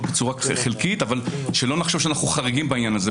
בצורה חלקית אבל שלא נחשוב שאנו חריגים בעניין הזה.